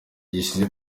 gishize